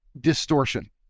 Distortion